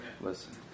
listen